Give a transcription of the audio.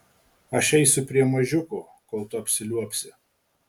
aš eisiu prie mažiuko kol tu apsiliuobsi